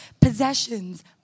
possessions